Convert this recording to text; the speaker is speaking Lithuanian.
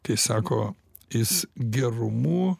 tai sako jis gerumu